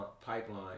pipeline